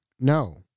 No